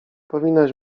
powinnaś